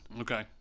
Okay